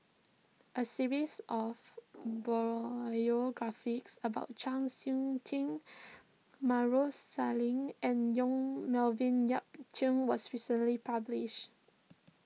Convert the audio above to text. a series of about Chau Sik Ting Maarof Salleh and Yong Melvin Yik Chye was recently published